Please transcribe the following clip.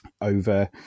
over